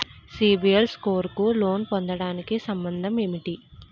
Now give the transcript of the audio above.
CIBIL score కు loan పొందటానికి సంబంధం ఏంటి?